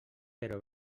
però